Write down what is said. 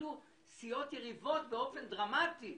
אפילו סיעות יריבות באופן דרמטי.